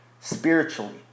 spiritually